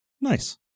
Nice